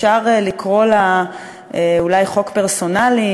אפשר לקרוא לה אולי חוק פרסונלי,